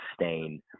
sustain